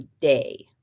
day